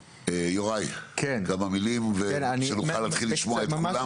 יוראי, כמה מילים, שנוכל להתחיל לשמוע את כולם.